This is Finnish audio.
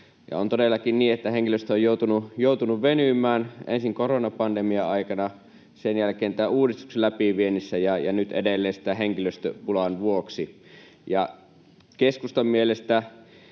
On todellakin niin, että henkilöstö on joutunut venymään: ensin koronapandemian aikana, sen jälkeen tämän uudistuksen läpiviennissä ja nyt edelleen henkilöstöpulan vuoksi. Keskustan mielestä